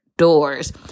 doors